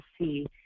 see